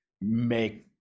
make